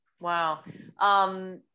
Wow